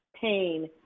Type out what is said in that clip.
pain